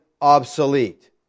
obsolete